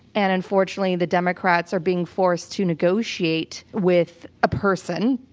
and unfortunately the democrats are being forced to negotiate with a person,